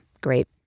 great